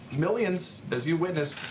millions, as you witnessed,